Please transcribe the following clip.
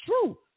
true